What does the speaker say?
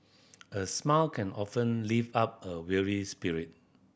a smile can often lift up a weary spirit